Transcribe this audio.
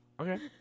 Okay